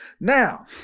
now